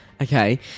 Okay